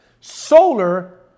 Solar